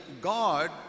God